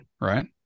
right